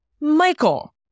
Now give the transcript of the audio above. Michael